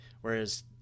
Whereas